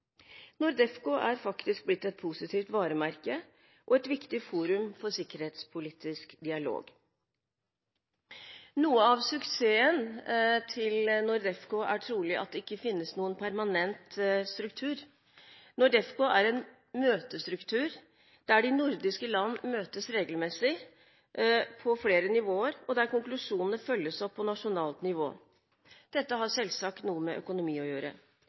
NORDEFCO er faktisk blitt et positivt varemerke og et viktig forum for sikkerhetspolitisk dialog. Noe av suksessen til NORDEFCO er trolig at det ikke finnes noen permanent struktur. NORDEFCO er en møtestruktur der de nordiske land møtes regelmessig på flere nivåer, og der konklusjonene følges opp på nasjonalt nivå. Dette har selvsagt noe med økonomi å gjøre.